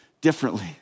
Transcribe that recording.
differently